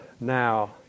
now